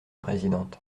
présidente